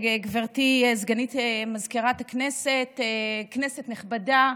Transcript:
גברתי סגנית מזכירת הכנסת, כנסת נכבדה,